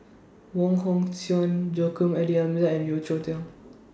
Wong Hong Suen Joaquim and D'almeida and Yeo Cheow Tong